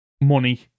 money